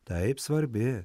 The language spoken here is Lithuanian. taip svarbi